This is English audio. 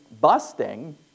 busting